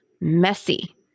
messy